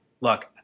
look